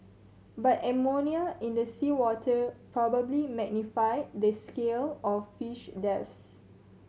but ammonia in the seawater probably magnified the scale of fish deaths